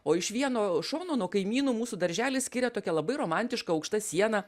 o iš vieno šono nuo kaimynų mūsų darželį skiria tokia labai romantiška aukšta siena